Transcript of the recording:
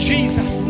Jesus